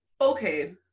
Okay